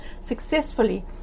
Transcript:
successfully